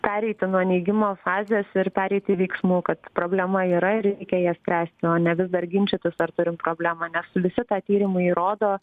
pereiti nuo neigimo fazės ir pereit į veiksmų kad problema yra ir reikia ją spręsti o ne vis dar ginčytis ar turim problemą nes visi tą tyrimai įrodo